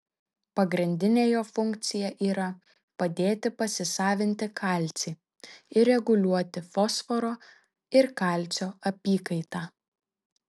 pagrindinė jo funkcija yra padėti pasisavinti kalcį ir reguliuoti fosforo ir kalcio apykaitą